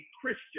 Christian